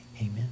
amen